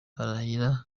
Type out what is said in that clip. irahira